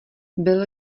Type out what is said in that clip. byl